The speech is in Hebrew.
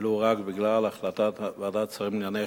ולא רק בגלל החלטת ועדת השרים לענייני